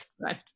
right